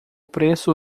preço